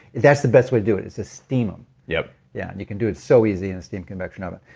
that's the best way to do it is to steam them yep yeah, and you can do it so easy in a steam convection oven.